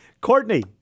Courtney